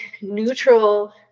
neutral